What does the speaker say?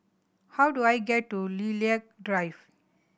how do I get to Lilac Drive